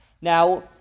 Now